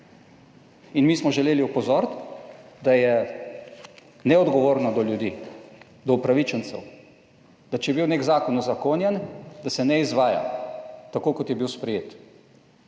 In mi smo želeli opozoriti, da je neodgovorno do ljudi, do upravičencev, da če je bil nek zakon uzakonjen, da se ne izvaja tako, kot je bil sprejet,